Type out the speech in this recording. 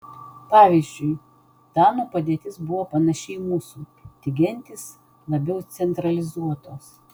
pavyzdžiui danų padėtis buvo panaši į mūsų tik gentys labiau centralizuotos